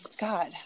God